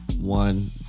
one